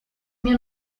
mie